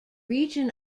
region